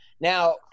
Now